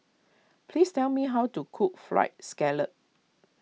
please tell me how to cook Fried Scallop